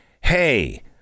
hey